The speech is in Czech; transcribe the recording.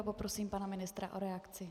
Poprosím pana ministra o reakci.